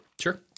Sure